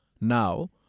Now